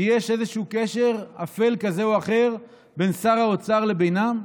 שיש איזשהו קשר אפל כזה או אחר בין שר האוצר לבינם?